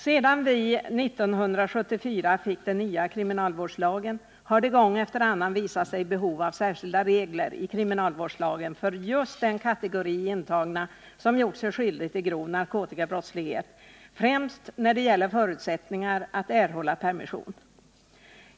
Sedan vi 1974 fick den nya kriminalvårdslagen har det gång efter annan visat sig att det finns behov av särskilda regler i kriminalvårdslagen för just den kategori intagna som har gjort sig skyldiga till grov narkotikabrottslighet, främst när det gäller förutsättningar att erhålla permission.